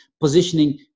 positioning